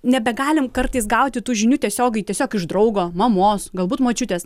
nebegalim kartais gauti tų žinių tiesiogiai tiesiog iš draugo mamos galbūt močiutės